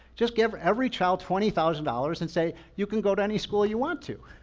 just give every child twenty thousand dollars and say, you can go to any school you want to.